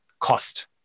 cost